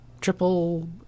triple